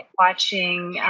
watching